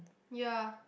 ya